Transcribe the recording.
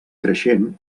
creixent